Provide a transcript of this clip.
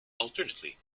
alternately